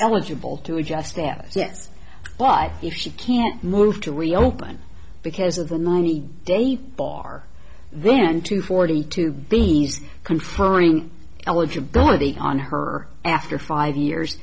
eligible to adjust status yes but if she can't move to reopen because of the ninety day bar then two forty two being conferring eligibility on her after five years